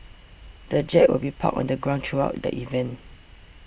the jet will be parked on the ground throughout the event